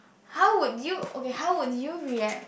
how would you okay how would you react